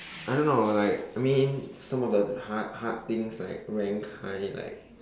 I don't know like I mean some of the hard hard things like rank high like